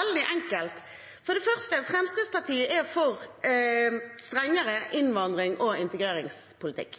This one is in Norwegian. veldig enkelt. For det første: Fremskrittspartiet er for en strengere innvandrings- og integreringspolitikk.